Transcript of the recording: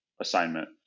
assignment